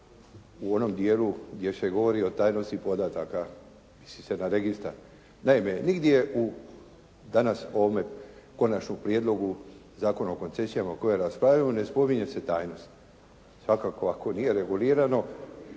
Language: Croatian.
u onom dijelu gdje se govori o tajnosti podataka, misli se na registar. Naime, nigdje u danas ovome Končanom prijedlogu Zakona o koncesijama o kojemu raspravljamo ne spominje se tajnost. Svakako ako nije regulirano